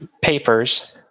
papers